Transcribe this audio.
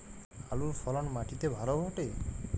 আলুর ফলন মাটি তে ভালো ঘটে?